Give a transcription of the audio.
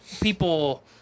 people